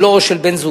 שלו או של בן-זוגו.